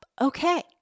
Okay